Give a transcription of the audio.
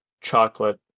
chocolate